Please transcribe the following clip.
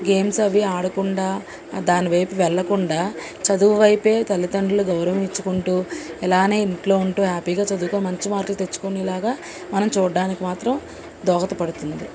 games అవి ఆడకుండా దానివైపు వెళ్ళకుండా చదువు వైపు తల్లితండ్రులు గౌరవించుకుంటు ఇలాగే ఇంట్లో ఉంటు హ్యాపీగా చదువుకో మంచి మార్కులు తెచ్చుకునేలాగా మనం చూడడానికి మాత్రం దోహదపడుతుంది